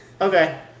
Okay